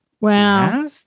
Wow